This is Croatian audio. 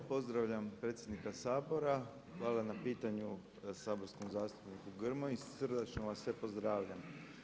Pozdravljam predsjednika Sabora, hvala na pitanju saborskom zastupniku Grmoji, srdačno vas sve pozdravljam.